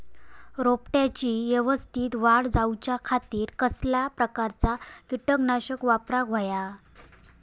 रोपट्याची यवस्तित वाढ जाऊच्या खातीर कसल्या प्रकारचा किटकनाशक वापराक होया?